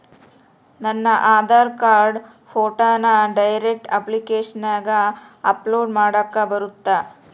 ನನ್ನ ಆಧಾರ್ ಕಾರ್ಡ್ ಫೋಟೋನ ಡೈರೆಕ್ಟ್ ಅಪ್ಲಿಕೇಶನಗ ಅಪ್ಲೋಡ್ ಮಾಡಾಕ ಬರುತ್ತಾ?